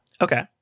Okay